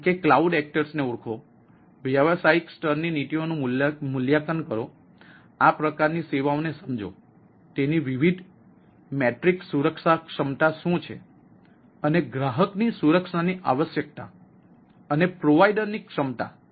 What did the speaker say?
જેમ કે cloud actors ને ઓળખો વ્યવસાયિક સ્તરની નીતિઓનું મૂલ્યાંકન કરો આ પ્રકારની સેવાઓને સમજો તેની વિવિધ મેટ્રિક્સ સુરક્ષા ક્ષમતા શું છે અને ગ્રાહકની સુરક્ષાની આવશ્યકતા અને પ્રોવાઇડર ની ક્ષમતા